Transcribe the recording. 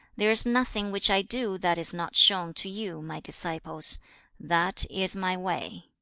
there is nothing which i do that is not shown to you, my disciples that is my way